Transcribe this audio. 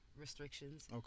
restrictions